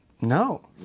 No